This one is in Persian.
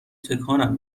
تکانم